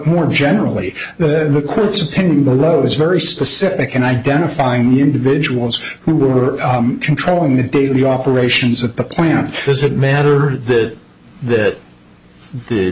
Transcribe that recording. more generally the court's opinion the love was very specific and identifying individuals who were controlling the daily operations of the plant does it matter that that the